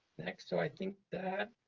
next. so i think that